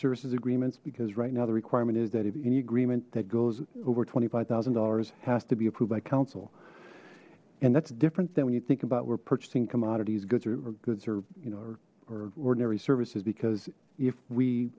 services agreements because right now the requirement is that if any agreement that goes over twenty five thousand dollars has to be approved by council and that's different than when you think about we're purchasing commodities goods or goods or you know ordinary services